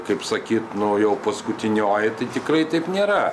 kaip sakyt nu jau paskutinioji tai tikrai taip nėra